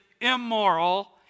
immoral